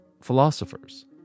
philosophers